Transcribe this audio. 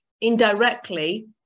indirectly